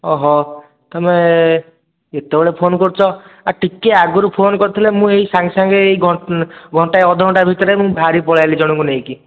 ଓ ହଃ ତୁମେ ଏତେବେଳେ ଫୋନ୍ କରୁଛ ଆ ଟିକେ ଆଗରୁ ଫୋନ୍ କରିଥିଲେ ମୁଁ ଏଇ ସାଙ୍ଗେ ସାଙ୍ଗ୍ ଘଣ୍ଟେ ଅଧଘଣ୍ଟା ଭିତରେ ବାହାରିକି ପଳେଇ ଆସିଲି ଜଣକୁ ନେଇକି